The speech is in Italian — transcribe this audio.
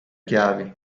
chiavi